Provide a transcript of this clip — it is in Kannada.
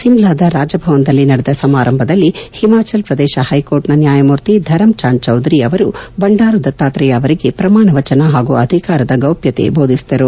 ಶಿಮ್ಲಾದ ರಾಜಭವನದಲ್ಲಿ ನಡೆಸ ಸಮಾರಂಭದಲ್ಲಿ ಹಿಮಾಚಲ್ ಪ್ರದೇಶ ಹೈಕೋರ್ಟ್ನ ನ್ನಾಯಮೂರ್ತಿ ದರಮ್ ಚಾಂದ್ ಚೌದರಿ ಅವರು ಬಂಡಾರು ದತ್ತಾತ್ರೇಯ ಅವರಿಗೆ ಪ್ರಮಾಣ ವಚನ ಹಾಗೂ ಅಧಿಕಾರ ಗೌಪ್ಯತೆ ಬೋಧಿಸಿದರು